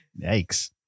Yikes